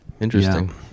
interesting